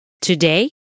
Today